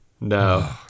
No